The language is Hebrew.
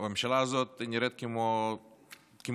הממשלה הזאת נראית כמו פרודיה.